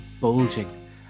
bulging